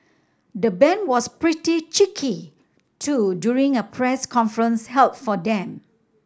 the band was pretty cheeky too during a press conference held for them